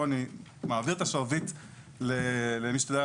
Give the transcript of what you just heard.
פה אני מעביר את השרביט למי שתדע